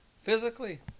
physically